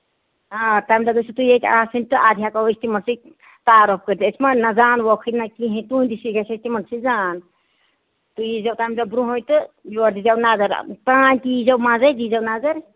آ تَمہِ دۄہ گژھِو تُہۍ ییٚتہِ آسٕنۍ تہٕ اَدٕ ہٮ۪کَو أسۍ تِمن سۭتۍ تعارُف کٔرِتھ أسۍ مہ نہ زانوکھٕے نہ کِہیٖنۍ تُہُندِی سۭتۍ گژھِ ہے تِمن سۭتۍ زان تُہۍ یی زیو تَمہِ دۄہ برونہٕے تہٕ یور دِی زیو نَظر تانۍ تہِ یی زیو منٛزے دِی زیو نَظر